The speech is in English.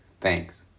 Thanks